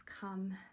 come